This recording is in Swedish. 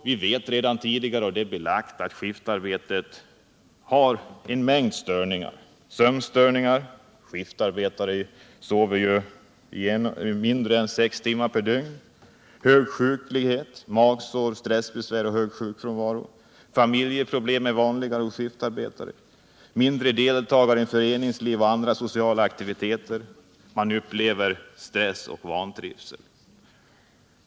Vi vet redan tidigare att skiftarbetet medför en mängd störningar. Det ger t.ex. sömnstörningar. Skiftarbetare sover i genomsnitt mindre än sex timmar per dygn. Det medför högre sjuklighet — magsår och stressbesvär — och högre sjukfrånvaro. Familjeproblem är vanligare hos skiftarbetare än hos andra. De har ett mindre deltagande i föreningsliv och andra sociala aktiviteter. De upplever stress och vantrivsel.